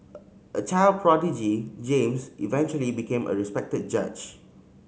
a child prodigy James eventually became a respected judge